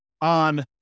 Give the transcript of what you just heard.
on